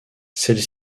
celle